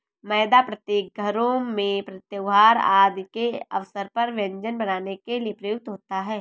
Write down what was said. मैदा प्रत्येक घरों में त्योहार आदि के अवसर पर व्यंजन बनाने के लिए प्रयुक्त होता है